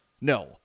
No